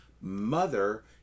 Mother